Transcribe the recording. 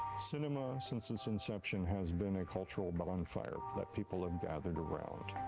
since um ah since its inception has been a cultural bonfire that people have gathered around.